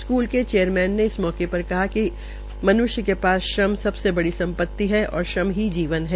school के chairman ने इस मौके पर कहा कि मन्ष्य के पास श्रम सबसे बड़ी संपति है और श्रम ही जीवन है